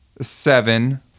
seven